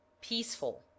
Peaceful